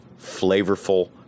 flavorful